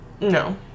No